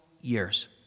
years